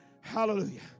Hallelujah